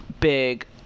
Big